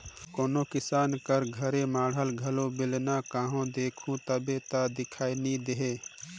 कोनो किसान कर घरे माढ़ल घलो बेलना कहो देखहू कहबे ता दिखई नी देहे